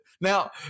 Now